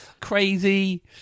crazy